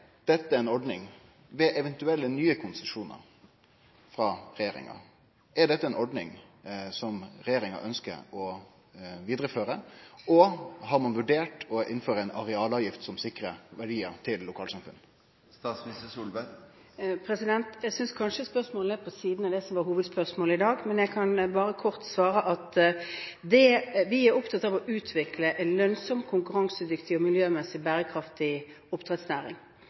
dette ei ordning ved eventuelle nye konsesjonar frå regjeringa? Er dette ei ordning som regjeringa ønskjer å vidareføre, og har ein vurdert å innføre ei arealavgift som sikrar verdiar til lokalsamfunnet? Jeg synes kanskje spørsmålet er på siden av det som var hovedspørsmålet, men jeg kan bare kort svare at vi er opptatt av å utvikle en lønnsom, konkurransedyktig og miljømessig bærekraftig oppdrettsnæring.